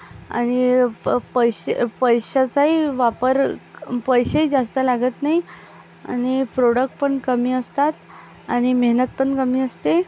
आणि प पैसे पैशाचाही वापर पैसेही जास्त लागत नाही आणि प्रोडक पण कमी असतात आणि मेहनत पण कमी असते